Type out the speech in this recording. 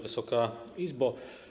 Wysoka Izbo!